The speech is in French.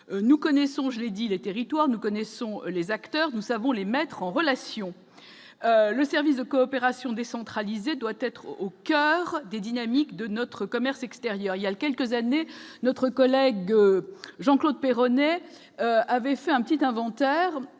nous connaissons, je l'ai dit, les territoires, nous connaissons les acteurs, nous avons les mettre en relation le service de coopération décentralisée doit être au coeur des dynamiques de notre commerce extérieur, il y a quelques années, notre collègue Jean-Claude Peyronnet, avait fait un petit inventaire